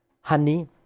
Honey